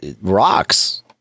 rocks